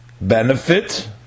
benefit